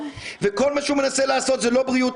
וכל מה שהוא מנסה לעשות זה לא למען